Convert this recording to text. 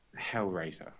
Hellraiser